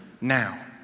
now